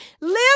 Live